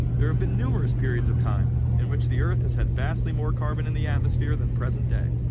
there have been numerous periods of time in which the earth. has had vastly more carbon in the atmosphere than present day.